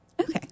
Okay